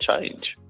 change